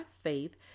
faith